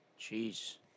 Jeez